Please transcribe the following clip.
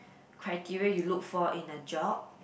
criteria you look for in a job